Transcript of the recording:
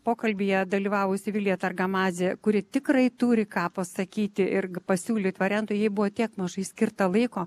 pokalbyje dalyvavusi vilija targamadzė kuri tikrai turi ką pasakyti ir pasiūlyt variantų jai buvo tiek mažai skirta laiko